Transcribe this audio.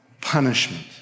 punishment